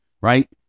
right